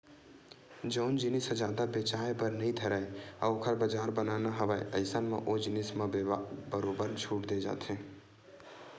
जउन जिनिस ह जादा बेचाये बर नइ धरय अउ ओखर बजार बनाना हवय अइसन म ओ जिनिस म बरोबर छूट देय जाथे